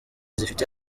zifite